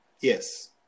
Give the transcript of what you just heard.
Yes